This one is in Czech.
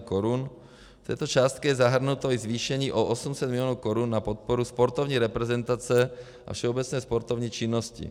Do této částky je zahrnuto i zvýšení o 800 mil. Kč na podporu sportovní reprezentace a všeobecné sportovní činnosti.